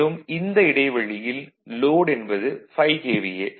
மேலும் இந்த இடைவெளியில் லோட் என்பது 5 KVA